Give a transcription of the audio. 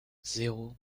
zéro